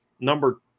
Number